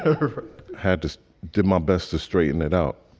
hurford had to do my best to straighten it out.